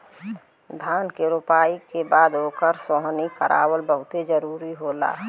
धान के रोपनी के बाद ओकर सोहनी करावल बहुते जरुरी होला